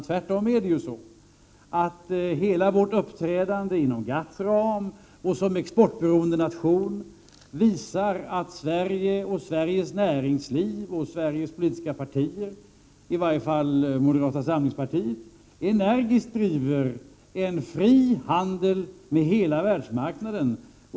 Tvärtom visar hela vårt uppträdande inom GATT:s ram och som exportberoende nation att Sverige, Sveriges näringsliv och politiska partier —i varje fall moderata samlingspartiet — energiskt driver en fri handel med hela världsmarknaden.